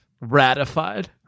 Ratified